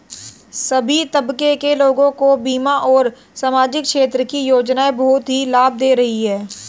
सभी तबके के लोगों को बीमा और सामाजिक क्षेत्र की योजनाएं बहुत ही लाभ दे रही हैं